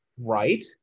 Right